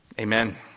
Amen